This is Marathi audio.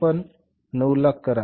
आपण ते 90000 करा